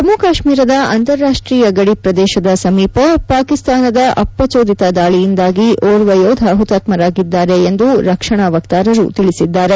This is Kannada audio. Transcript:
ಜಮ್ನು ಕಾಶ್ನೀರದ ಅಂತಾರಾಷ್ಸೀಯ ಗಡಿ ಶ್ರದೇಶದ ಸಮೀಪ ಪಾಕಿಸ್ತಾನದ ಅಶ್ರಜೋದಿತ ದಾಳಿಯಿಂದಾಗಿ ಓರ್ವ ಯೋಧ ಹುತಾತ್ಮರಾಗಿದ್ದಾರೆ ಎಂದು ರಕ್ಷಣಾ ವಕ್ತಾರರು ತಿಳಿಸಿದ್ದಾರೆ